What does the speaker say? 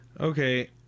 Okay